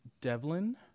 Devlin